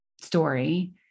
story